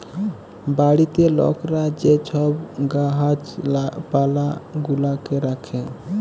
বাড়িতে লকরা যে ছব গাহাচ পালা গুলাকে রাখ্যে